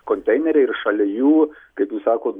konteineriai ir šalia jų kaip jūs sakot